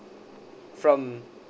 from